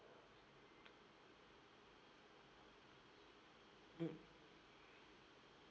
mm